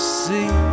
see